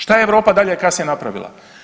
Šta je Europa dalje kasnije napravila?